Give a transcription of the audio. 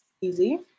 easy